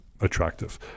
attractive